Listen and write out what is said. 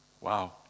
Wow